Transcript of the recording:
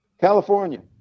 California